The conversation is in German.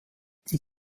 die